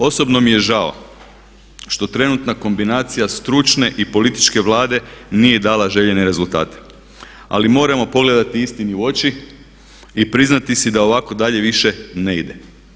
Osobno mi je žao što trenutna kombinacija stručne i političke Vlade nije dala željene rezultate, ali moramo pogledati istinu u oči i priznati si da ovako dalje više ne ide.